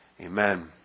Amen